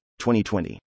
2020